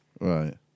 right